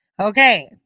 Okay